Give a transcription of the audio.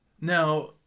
Now